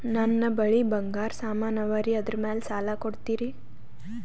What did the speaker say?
ನನ್ನ ಬಳಿ ಬಂಗಾರ ಸಾಮಾನ ಅವರಿ ಅದರ ಮ್ಯಾಲ ಸಾಲ ಕೊಡ್ತೀರಿ?